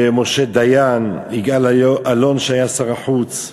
ומשה דיין, יגאל אלון, שהיה שר החוץ,